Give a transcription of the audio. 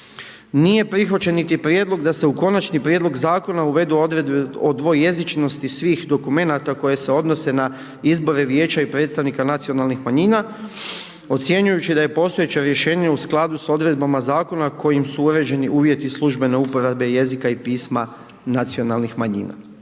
Nije prihvaćen niti prijedlog da se u konačni prijedlog zakona uvedu odredbe o dvojezičnosti svih dokumenata koji se odnose na izbore vijeća i predstavnika nacionalnih manjina ocjenjujući da je postojeće rješenje u skladu s odredbama zakona kojim su određeni uvjeti službene uporabe jezika i pisma nacionalnih manjina.